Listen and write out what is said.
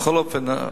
בכל אופן,